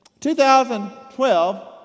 2012